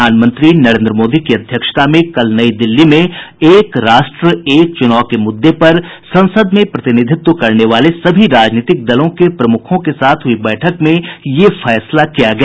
प्रधानमंत्री नरेंद्र मोदी की अध्यक्षता में कल नई दिल्ली में एक राष्ट्र एक चुनाव के मुद्दे पर संसद में प्रतिनिधित्व करने वाले सभी राजनीतिक दलों के प्रमुखों के साथ हुई बैठक में यह फैसला किया गया